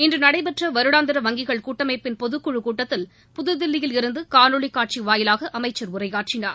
இன்று நடைபெற்ற வருடாந்திர வங்கிகள் கூட்டமைப்பின் பொதுக்குழுக் கூட்டத்தில் புதுதில்லியில் இருந்து காணொலிக் காட்சி வாயிலாக அமைச்சர் உரையாற்றினார்